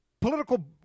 political